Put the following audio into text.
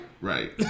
Right